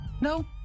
No